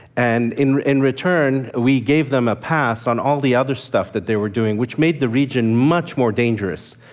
and in in return we gave them a pass on all the other stuff that they were doing, which made the region much more dangerous